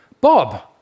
Bob